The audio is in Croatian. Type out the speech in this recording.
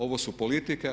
Ovo su politike.